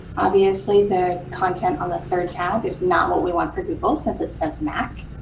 obviously, the content on the third tab is not what we want for google since it says mac.